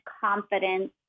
confidence